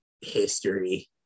history